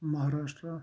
Maharashtra